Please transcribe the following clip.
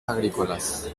agrícolas